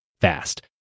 fast